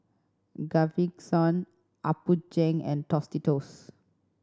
Gaviscon Apgujeong and Tostitos